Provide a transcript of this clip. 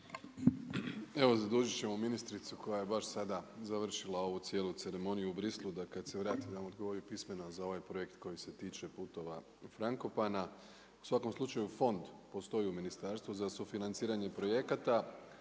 Evo zadužiti ćemo ministricu koja je baš sada završila ovu cijelu ceremoniju u Briselu da kada se vrati da vam odgovori pismeno za ovaj projekt koji se tiče putova Frankopana. U svakom slučaju fond postoji u Ministarstvu za sufinanciranje projekata.